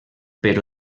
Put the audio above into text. però